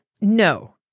no